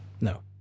No